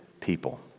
people